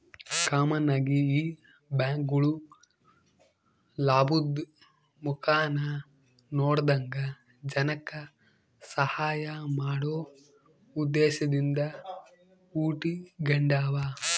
common ಆಗಿ ಈ ಬ್ಯಾಂಕ್ಗುಳು ಲಾಭುದ್ ಮುಖಾನ ನೋಡದಂಗ ಜನಕ್ಕ ಸಹಾಐ ಮಾಡೋ ಉದ್ದೇಶದಿಂದ ಹುಟಿಗೆಂಡಾವ